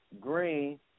Green